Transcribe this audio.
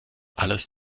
alles